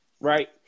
right